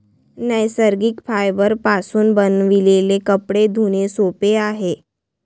नैसर्गिक फायबरपासून बनविलेले कपडे धुणे सोपे आहे